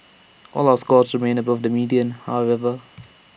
all our scores remain above the median however